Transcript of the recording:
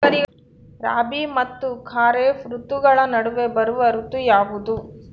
ರಾಬಿ ಮತ್ತು ಖಾರೇಫ್ ಋತುಗಳ ನಡುವೆ ಬರುವ ಋತು ಯಾವುದು?